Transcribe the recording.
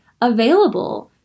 available